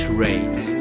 rate